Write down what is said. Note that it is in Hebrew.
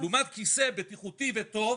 לעומת כיסא בטיחותי וטוב.